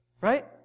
Right